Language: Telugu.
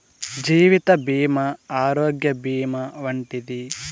జీవిత భీమా ఆరోగ్య భీమా వంటివి